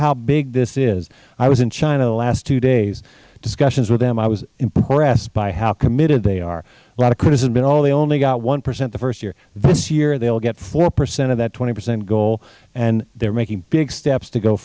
how big this is i was in china the last two days discussions with them i was impressed by how committed they are a lot of criticism oh they only got one percent the first year this year they will get four percent of that twenty percent goal and they are making big steps to go